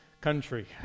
country